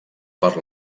per